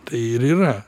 tai ir yra